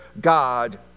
God